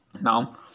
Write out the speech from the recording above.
now